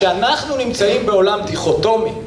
שאנחנו נמצאים בעולם דיכוטומי